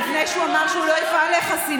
לפני שהוא אמר שהוא לא יפעל לחסינות.